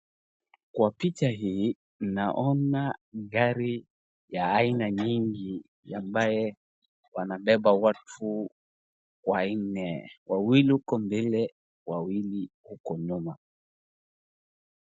Kwa picha hii, naona gari ya aina nyingi ambaye wanabeba watu wanne, wawili uko mbele, wawili uko nyuma.